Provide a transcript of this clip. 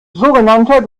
sogenannter